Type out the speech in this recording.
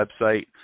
website